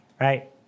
right